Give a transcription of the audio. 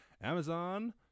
Amazon